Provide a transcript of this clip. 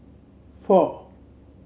four